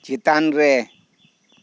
ᱪᱮᱛᱟᱱ ᱨᱮ